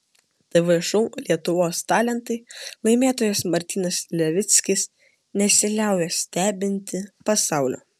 tv šou lietuvos talentai laimėtojas martynas levickis nesiliauja stebinti pasaulio